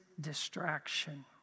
distraction